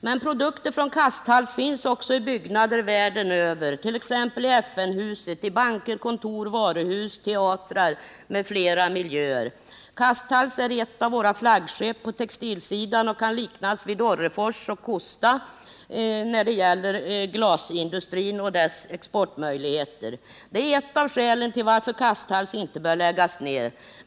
Men produkter från Kasthalls finns också i andra byggnader världen över, t.ex. i FN-huset, och de kan återfinnas i banker, kontor, varuhus, teatrar m.fl. miljöer. Kasthalls är ett av våra flaggskepp på textilsidan och kan liknas vid Orrefors och Kosta inom glasindustrin i fråga om exportmöjligheter. Det är också ett av skälen till att Kasthalls inte bör läggas ner.